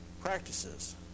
practices